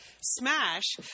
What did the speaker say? Smash